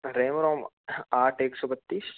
RAM ROM आठ एक सौ बत्तीस